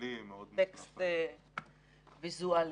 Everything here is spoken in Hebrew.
ב-22 ביוני.